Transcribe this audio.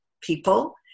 people